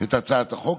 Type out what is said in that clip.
את הצעת החוק,